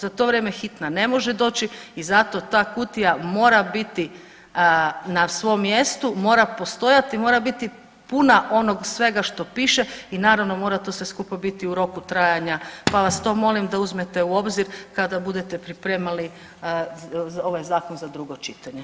Za to vrijeme hitna ne može doći i zato ta kutija mora biti na svom mjestu, mora postojati i mora biti puna onog svega što piše i naravno mora to sve skupa biti u roku trajanja, pa vas to molim da uzmete u obzir kada budete pripremali ovaj zakon za drugo čitanje.